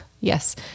Yes